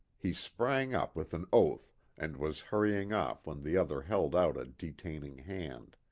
he sprang up with an oath and was hurrying off when the other held out a detaining hand.